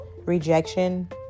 rejection